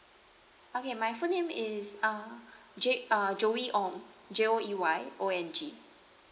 okay my full name is uh J uh joey ong J O E Y O N G